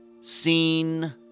seen